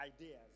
ideas